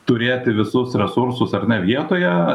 turėti visus resursus ar ne vietoje